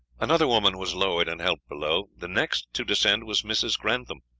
another woman was lowered and helped below. the next to descend was mrs. grantham.